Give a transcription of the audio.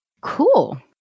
Cool